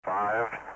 Five